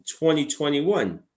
2021